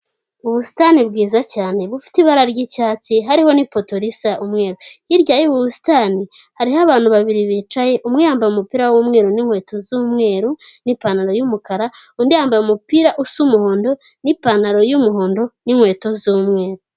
Ubusitani bwiza cyane bufite ibara ry'icyatsi hariho ni poto risa umweru. Hirya y'ubusitani hariho abantu babiri bicaye; umwe yambaye umupira w'umweru n'inkweto z'umweru n'ipantaro y'umukara, undi yambaye umupira usa umuhondo n'ipantaro y'umuhondo n'inkweto z'umweru.